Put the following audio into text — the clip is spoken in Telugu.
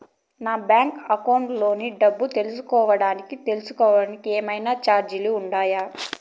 నా బ్యాంకు అకౌంట్ లోని డబ్బు తెలుసుకోవడానికి కోవడానికి ఏమన్నా చార్జీలు ఉంటాయా?